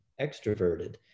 extroverted